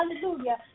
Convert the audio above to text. hallelujah